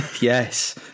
Yes